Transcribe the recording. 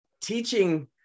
teaching